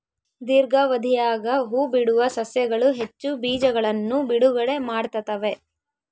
ದೀರ್ಘಾವಧಿಯಾಗ ಹೂಬಿಡುವ ಸಸ್ಯಗಳು ಹೆಚ್ಚು ಬೀಜಗಳನ್ನು ಬಿಡುಗಡೆ ಮಾಡ್ತ್ತವೆ